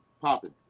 popping